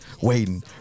waiting